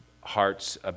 hearts